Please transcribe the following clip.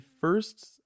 first